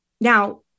now